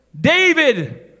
David